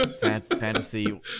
fantasy